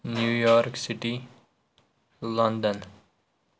New York City London